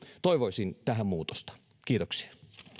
toivoisin tähän muutosta kiitoksia